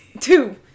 Two